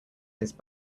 his